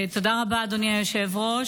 תודה רבה, אדוני היושב-ראש.